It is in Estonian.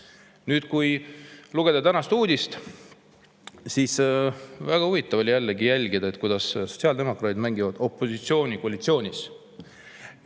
Kui lugeda tänast uudist, siis on väga huvitav jällegi jälgida, kuidas sotsiaaldemokraadid mängivad opositsiooni koalitsioonis.